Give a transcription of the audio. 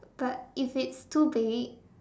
but if it's too big